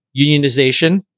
unionization